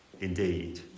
indeed